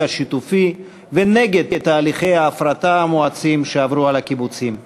השיתופי ונגד תהליכי ההפרטה המואצים שהקיבוצים עברו.